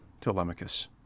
Telemachus